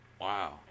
Wow